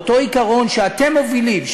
באותו עיקרון שאתם מובילים,